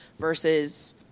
versus